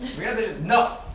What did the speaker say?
no